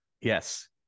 Yes